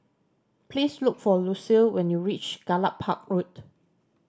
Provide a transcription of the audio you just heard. please look for Lucile when you reach Gallop Park Road